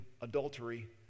adultery